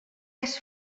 has